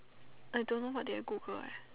I don't know what did I Google eh